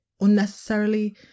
unnecessarily